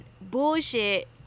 bullshit